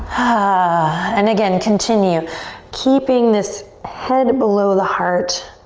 ah and again, continue keeping this head below the heart.